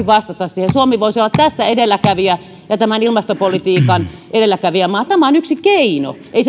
vastata siihen suomi voisi olla tässä edelläkävijä ja tämän ilmastopolitiikan edelläkävijämaa tämä on yksi keino ei